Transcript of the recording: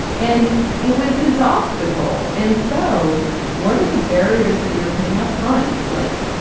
and it was his obstacle. and so what are the barriers that you're putting up front like?